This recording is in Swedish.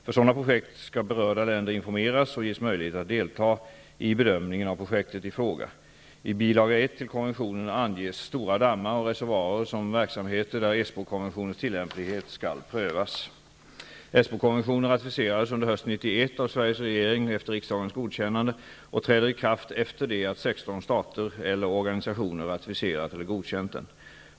För sådana projekt skall berörda länder informeras och ges möjlighet att deltaga i bedömningen av projektet i fråga. I bil. I till konventionen anges stora dammar och reservoarer som verksamheter där Esbokonventionens tillämplighet skall prövas. av Sveriges regering efter riksdagens godkännande och träder i kraft efter det att sexton stater eller organisationer ratificerat eller godkänt den.